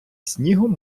снігом